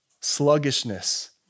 sluggishness